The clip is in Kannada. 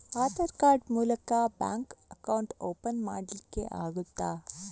ಆಧಾರ್ ಕಾರ್ಡ್ ಮೂಲಕ ಬ್ಯಾಂಕ್ ಅಕೌಂಟ್ ಓಪನ್ ಮಾಡಲಿಕ್ಕೆ ಆಗುತಾ?